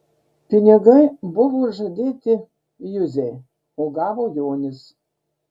pinigai buvo žadėti juzei o gavo jonis